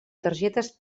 targetes